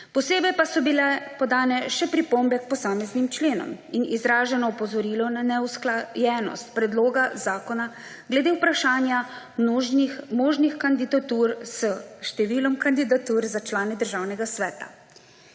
Posebej pa so bile podane še pripombe k posameznim členom in izraženo opozorilo na neusklajenost predloga zakona glede vprašanja možnih kandidatur s številom kandidatur za člane Državnega sveta.